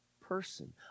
person